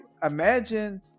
Imagine